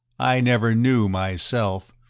i never knew myself.